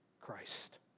Christ